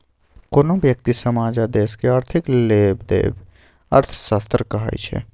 कोनो ब्यक्ति, समाज आ देशक आर्थिक लेबदेब अर्थशास्त्र कहाइ छै